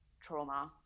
trauma